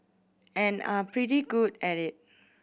and are pretty good at it